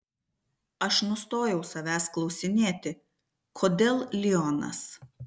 aš nustojau savęs klausinėti kodėl lionas